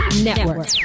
Network